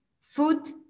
food